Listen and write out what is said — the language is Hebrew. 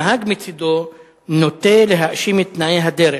הנהג מצדו נוטה להאשים את תנאי הדרך.